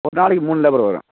ஒரு நாளைக்கு மூணு லேபர் வரும்